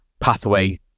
pathway